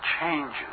changes